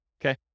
Okay